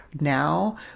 now